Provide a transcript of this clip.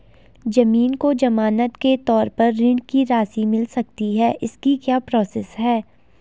ज़मीन को ज़मानत के तौर पर ऋण की राशि मिल सकती है इसकी क्या प्रोसेस है?